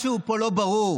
משהו פה לא ברור,